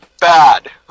bad